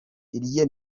irye